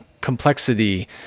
complexity